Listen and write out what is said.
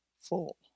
full